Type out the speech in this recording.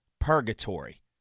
purgatory